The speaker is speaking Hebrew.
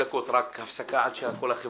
בשעה 11:33.